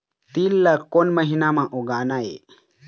तील ला कोन महीना म उगाना ये?